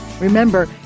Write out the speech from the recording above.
Remember